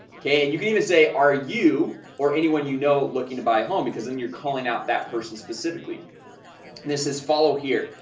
okay, and you can even say are you or anyone you know looking to buy a home because then you're calling out that person specifically this is follow here.